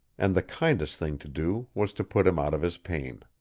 and the kindest thing to do was to put him out of his pain.